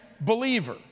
believer